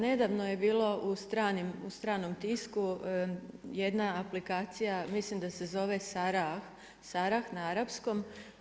Nedavno je bilo u stranom tisku jedna aplikacija, mislim da se zove SARAH na arapskom.